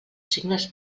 signes